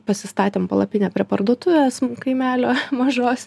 pasistatėm palapinę prie parduotuvės kaimelio mažos